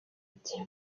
ati